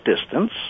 distance